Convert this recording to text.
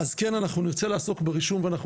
אז כן אנחנו נרצה לעסוק ברישום ואנחנו